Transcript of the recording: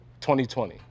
2020